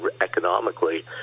economically